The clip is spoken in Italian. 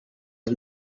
che